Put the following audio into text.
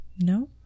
No